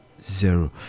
zero